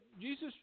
Jesus